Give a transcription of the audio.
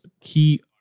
key